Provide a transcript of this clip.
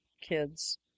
kids